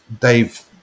Dave